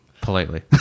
politely